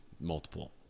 multiple